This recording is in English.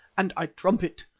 and i trumpet!